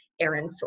Aaron